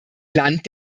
land